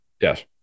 yes